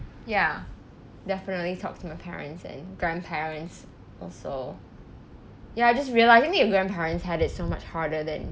ya definitely talk to my parents and grandparents also ya I just realised I think grandparents had it so much harder than